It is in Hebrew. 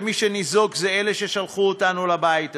ומי שניזוקים הם אלה ששלחו אותנו לבית הזה.